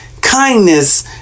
kindness